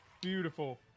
Beautiful